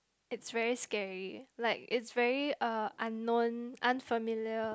it's very scary like it's very unknown unfamiliar